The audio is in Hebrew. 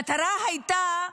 המטרה הייתה,